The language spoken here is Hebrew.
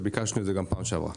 שביקשנו את זה גם בפעם שעברה.